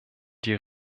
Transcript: die